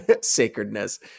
sacredness